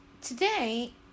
today